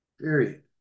period